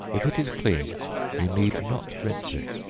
if it is clean you need not rinse it,